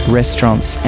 restaurants